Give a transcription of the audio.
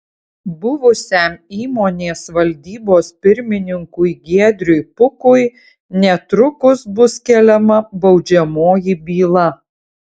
buvusiam įmonės valdybos pirmininkui giedriui pukui netrukus bus keliama baudžiamoji byla